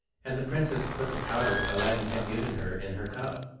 and the princess put the powder aladdin had given her in her cup.